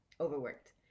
overworked